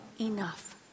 enough